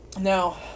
Now